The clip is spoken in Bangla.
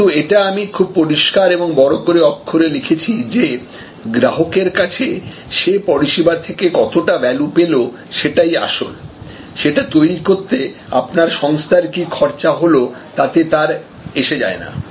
কিন্তু এটা আমি খুব পরিষ্কার এবং বড় করে অক্ষরে লিখেছি যে গ্রাহকের কাছে সে পরিষেবা থেকে কতটা ভ্যালু পেল সেটাই আসল সেটা তৈরি করতে আপনার সংস্থার কি খরচা হলো তাতে তার এসে যায় না